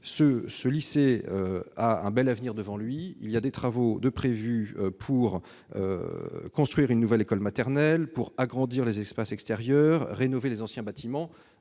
ce lycée a un bel avenir devant lui. Des travaux sont prévus pour construire une nouvelle école maternelle, agrandir les espaces extérieurs et rénover les anciens bâtiments.